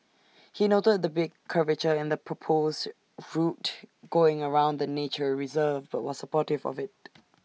he noted the big curvature in the proposed route going around the nature reserve but was supportive of IT